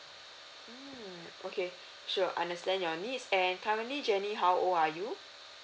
mm okay sure understand your needs and currently jenny how old are you